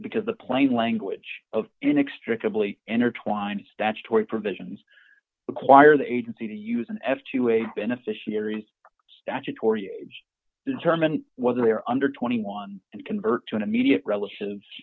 because the plain language of inextricably intertwined statutory provisions require the agency to use an f to a beneficiaries statutory age to determine whether they are under twenty one dollars and convert to an immediate relative